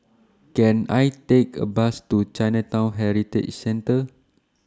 Can I Take A Bus to Chinatown Heritage Centre